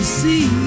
see